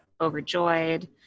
overjoyed